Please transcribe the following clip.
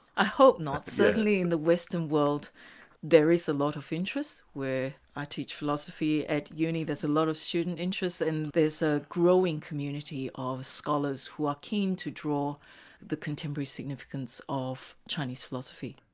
i hope not, certainly in the western world there is a lot of interest. where i teach philosophy at uni, there's a lot of student interest and there's a growing community of scholars who are keen to draw the contemporary significance of chinese philosophy.